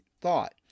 thought